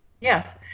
Yes